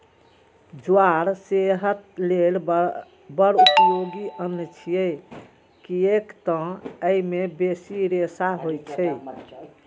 ज्वार सेहत लेल बड़ उपयोगी अन्न छियै, कियैक तं अय मे बेसी रेशा होइ छै